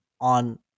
on